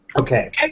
Okay